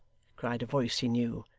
cried a voice he knew,